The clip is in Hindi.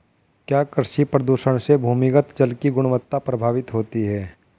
क्या कृषि प्रदूषण से भूमिगत जल की गुणवत्ता प्रभावित होती है?